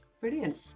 Brilliant